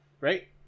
Right